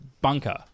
bunker